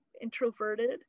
introverted